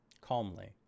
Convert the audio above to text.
Calmly